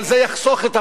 אבל זה יחסוך את הבושה,